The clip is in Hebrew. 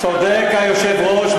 צודק היושב-ראש,